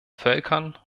völkern